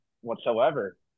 whatsoever